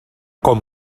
com